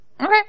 Okay